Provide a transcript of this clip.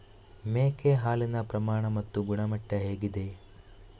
ಮೇಕೆ ಹಾಲಿನ ಪ್ರಮಾಣ ಮತ್ತು ಗುಣಮಟ್ಟ ಹೇಗಿದೆ?